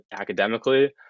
academically